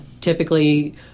typically